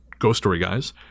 ghoststoryguys